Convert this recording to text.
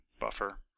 buffer